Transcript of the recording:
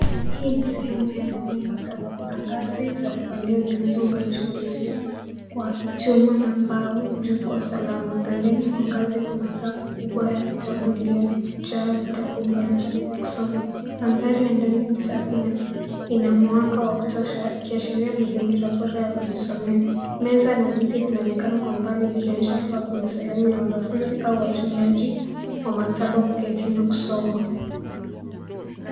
Hii ni sehemu ya ndani ya maktaba. Kuna ngazi za kupandia zilizounganishwa na uzio wa chuma na mbao juu kwa usalama. Pembeni mwa ngazi kuna rafu kubwa ya vitabu iliyojaa vitabu mbalimbali vya kusoma. Mandhari ya ndani ni safi na ina mwanga wa kutosha ikiashiria mazingira bora ya kujisomea. Meza na viti vinaonekana kwa mbali vikionyesha kuwa kuna sehemu ya wanafunzi au watumiaji wa maktaba kuketi na kusoma.